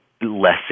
less